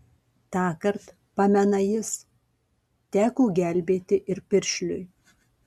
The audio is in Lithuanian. tąkart pamena jis teko gelbėti ir piršliui